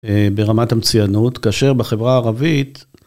ברמת המצוינות, כאשר בחברה הערבית.